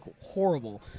horrible